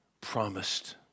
promised